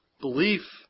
belief